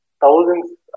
thousands